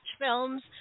films